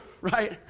right